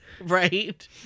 Right